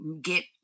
get